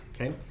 Okay